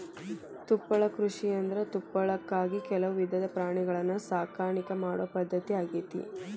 ತುಪ್ಪಳ ಕೃಷಿಯಂದ್ರ ತುಪ್ಪಳಕ್ಕಾಗಿ ಕೆಲವು ವಿಧದ ಪ್ರಾಣಿಗಳನ್ನ ಸಾಕಾಣಿಕೆ ಮಾಡೋ ಪದ್ಧತಿ ಆಗೇತಿ